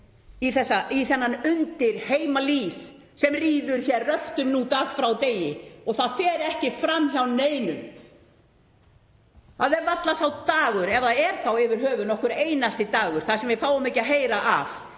í þennan undirheimalýð sem ríður hér röftum dag frá degi og það fer ekki fram hjá neinum. Það er varla sá dagur, ef það er þá yfirhöfuð nokkur einasti dagur, þar sem við fáum ekki að heyra af